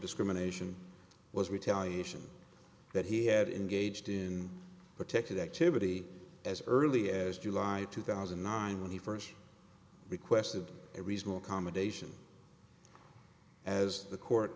discrimination was retaliation that he had engaged in protected activity as early as july two thousand and nine when he first requested a reasonable accommodation as the court